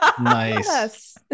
Nice